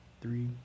three